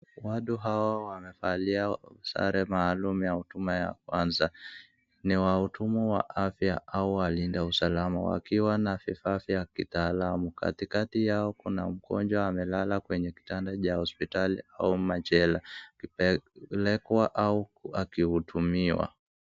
Watu hawa wamevalia sare maalumu ya huduma ya kwanza. Ni wahudumu wa afya au walindausalama wakiwa na vifaa vya kitaalamu. Katikati yao, kuna mgonjwa amelala kwenye kitanda cha hospitali au machela, akipelekwa au akihudumiwa.